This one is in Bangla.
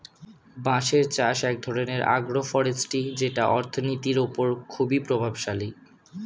বাঁশের চাষ এক ধরনের আগ্রো ফরেষ্ট্রী যেটা অর্থনীতির ওপর খুবই প্রভাবশালী